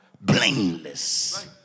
blameless